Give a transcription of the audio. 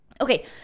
Okay